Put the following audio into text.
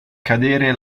cadere